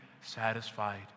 satisfied